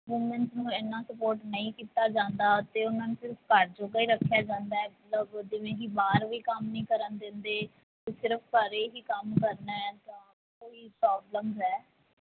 women's ਨੂੰ ਇੰਨਾ support ਨਹੀਂ ਕੀਤਾ ਜਾਂਦਾ ਅਤੇ ਉਹਨਾਂ ਨੂੰ ਸਿਰਫ ਘਰ ਜੋਗਾ ਹੀ ਰੱਖਿਆ ਜਾਂਦਾ ਮਤਲਬ ਜਿਵੇਂ ਕਿ ਬਾਹਰ ਵੀ ਕੰਮ ਨਹੀਂ ਕਰਨ ਦਿੰਦੇ ਸਿਰਫ ਘਰ ਹੀ ਕੰਮ ਕਰਨਾ ਤਾਂ ਕਈ ਪ੍ਰੋਬਲਮਸ ਹੈ